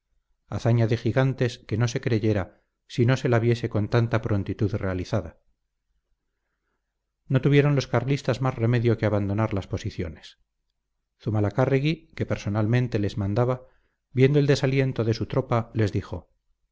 hazaña de gigantes que no se creyera si no se la viese con tanta prontitud realizada no tuvieron los carlistas más remedio que abandonar las posiciones zumalacárregui que personalmente les mandaba viendo el desaliento de su tropa les dijo